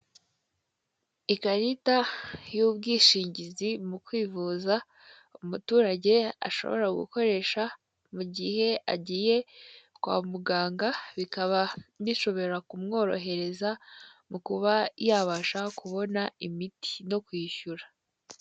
Ikarita y'ubwishingizi mu kwivuza umuturage ashobora gukoresha mu gihe agiye kwa muganga bikaba bishobora kumworohereza mu kuba yabasha kubona imiti no kwishyura.